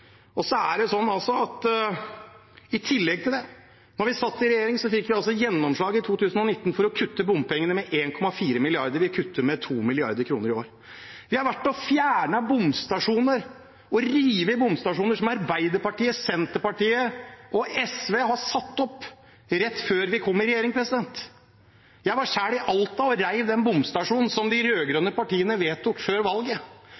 I tillegg til det fikk vi, da vi satt i regjering, i 2019 gjennomslag for å kutte bompengene med 1,4 mrd. kr. Vi kutter med 2 mrd. kr i år. Vi har vært og fjernet og revet bomstasjoner som Arbeiderpartiet, Senterpartiet og SV satte opp rett før vi kom i regjering. Jeg var selv i Alta og rev den bomstasjonen som de rød-grønne partiene vedtok før valget. Jeg var i Seljord og sa at her blir det ikke noen bomstasjon, som de rød-grønne hadde vedtatt rett før valget,